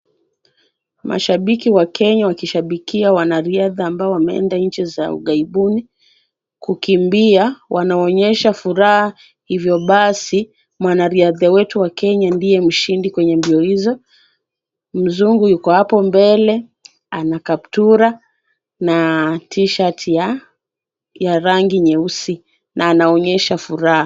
Mashabiki wa Kenya wakishabikia wanariadha ambao wameenda nchi za ughaibuni kukimbia wanaonyesha furaha hivyo basi, mwanariadha wetu wa Kenya ndiye mshindi wa mbio hizo. Mzungu yuko hapo mbele anakaptura na t-shirt ya rangi nyeusi na anaonyesha furaha.